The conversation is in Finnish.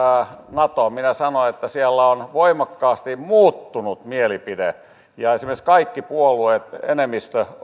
natoon minä sanoin että siellä on voimakkaasti muuttunut mielipide ja esimerkiksi kaikki puolueet enemmistö